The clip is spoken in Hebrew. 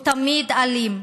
הוא תמיד אלים,